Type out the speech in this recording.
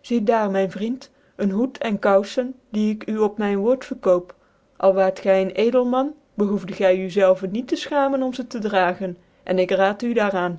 ziet daar myn vriend een hoed en koufcn die ik u op myn woord verkoop al waait gy een ecdclman bc hoeften neger ocfdc gy u zclvcn niet tc fchamen om c tc dragen en ik raad u daar